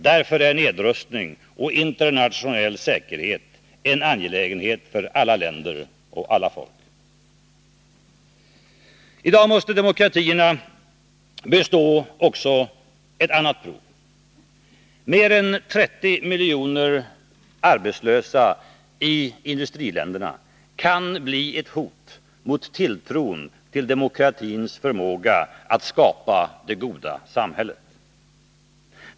Därför är nedrustning och internationell säkerhet en angelägenhet för alla länder och alla folk. I dag måste demokratierna bestå också ett annat prov. Mer än 30 miljoner arbetslösa i industriländerna kan bli ett hot mot tilltron till demokratins förmåga att skapa det goda samhället.